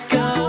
go